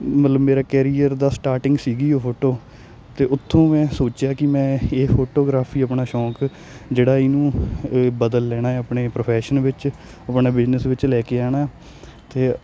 ਮਤਲਬ ਮੇਰਾ ਕੈਰੀਅਰ ਦਾ ਸਟਾਰਟਿੰਗ ਸੀਗੀ ਉਹ ਫੋਟੋ ਅਤੇ ਉੱਥੋਂ ਮੈਂ ਸੋਚਿਆ ਕਿ ਮੈਂ ਇਹ ਫੋਟੋਗ੍ਰਾਫੀ ਆਪਣਾ ਸ਼ੌਂਕ ਜਿਹੜਾ ਇਹਨੂੰ ਬਦਲ ਲੈਣਾ ਹੈ ਆਪਣੇ ਪ੍ਰੋਫੈਸ਼ਨ ਵਿੱਚ ਆਪਣੇ ਬਿਜਨਸ ਵਿੱਚ ਲੈ ਕੇ ਆਉਣਾ ਅਤੇ